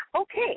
Okay